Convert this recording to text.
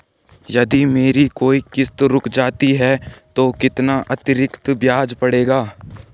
यदि मेरी कोई किश्त रुक जाती है तो कितना अतरिक्त ब्याज पड़ेगा?